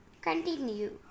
Continue